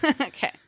Okay